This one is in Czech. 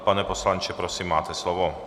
Pane poslanče, prosím, máte slovo.